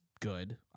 good